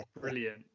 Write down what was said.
Brilliant